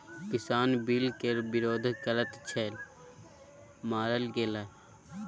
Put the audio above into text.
किसान बिल केर विरोध करैत छल मारल गेलाह